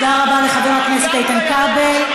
תודה רבה לחבר הכנסת איתן כבל.